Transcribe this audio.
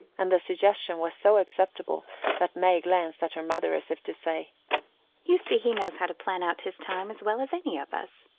and the suggestion was so acceptable that may glanced at her mother as if to say you see he knows how to plan out his time as well as any of us.